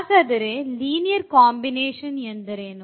ಹಾಗಾದರೆ linear combination ಎಂದರೇನು